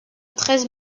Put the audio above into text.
treize